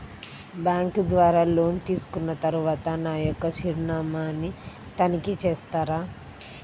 Bank ద్వారా loan తీసుకున్న తరువాత నా యొక్క చిరునామాని తనిఖీ చేస్తారా?